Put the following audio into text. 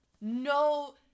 no